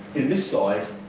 in this side,